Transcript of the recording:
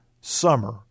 summer